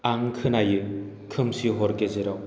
आं खोनायो खोमसि हर गेजेराव